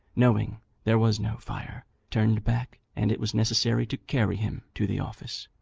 knowing there was no fire, turned back, and it was necessary to carry him to the office.